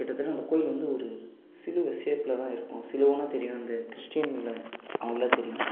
கிட்டத்தட்ட அந்த கோவில் வந்து ஒரு சிலுவை ஷேப்பில் தான் இருக்கும் சிலுவைனா தெரியும் இந்த கிறிஸ்ட்டின்னு அவுங்களுக்கெல்லாம் தெரியும்